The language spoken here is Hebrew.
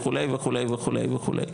וכו' וכו'.